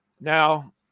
Now